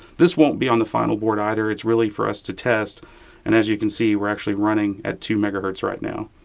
this won't be on the final board either. it's really for us to test and as you can see we're actually running at two megahertz right now.